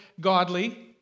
godly